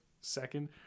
second